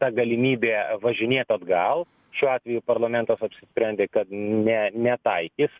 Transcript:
ta galimybė važinėt atgal šiuo atveju parlamentas apsisprendė kad ne netaikys